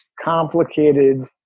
complicated